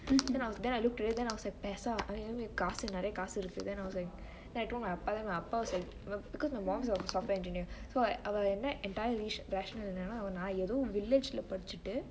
then I looked at it I was like பேசா காசு நெரைய காசு இருக்கு:pesaa kaasu neraiye kaasu iruku then I was like then I told my அப்பா:appa then my அப்பா:appa was like because my mother is software engineer so அவ என்ன:ave enne entire rational என்னனா நா ஏதோ:ennenaa naa etho village ல படிச்சுட்டு:le padichutu